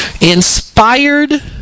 Inspired